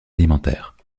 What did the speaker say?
alimentaires